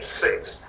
six